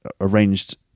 arranged